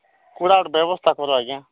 କୋଉଟା ଗୋଟେ ବ୍ୟବସ୍ଥା କର ଆଜ୍ଞା